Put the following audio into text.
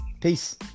peace